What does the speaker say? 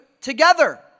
together